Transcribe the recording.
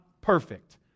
perfect